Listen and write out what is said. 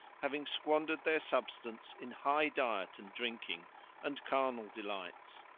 having squandered their substance in high diet and drinking and carnal delights.